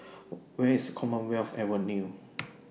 Where IS Commonwealth Avenue